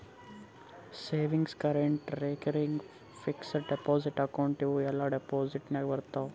savings, current, recurring, fixed deposit account ಇವೂ ಎಲ್ಲಾ deposit ನಾಗೆ ಬರ್ತಾವ್